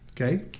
Okay